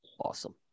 Awesome